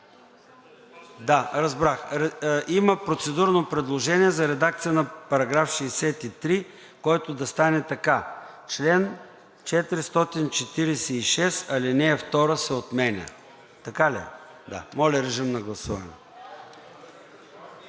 на § 63. Има процедурно предложение за редакция на § 63, който да стане така: „Чл. 446, ал. 2 се отменя.“ Така ли? Да. Моля, режим на гласуване.